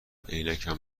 عینکم